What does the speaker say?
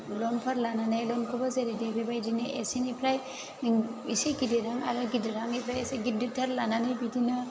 लनफोर लानानै लनखौबो जेरैदि बेबादिनो एसेनिफ्राय इसे गिदिरहां आरो गिदिरहांनिफ्राय एसे गिदिरथार लानानै बिदिनो